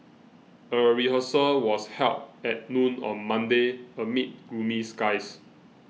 a rehearsal was held at noon on Monday amid gloomy skies